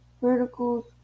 verticals